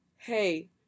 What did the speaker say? hey